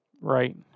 Right